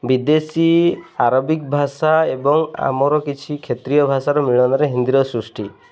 ବିଦେଶୀ ଆରବିକ ଭାଷା ଏବଂ ଆମର କିଛି କ୍ଷେତ୍ରୀୟ ଭାଷାର ମିଳନରେ ହିନ୍ଦୀର ସୃଷ୍ଟି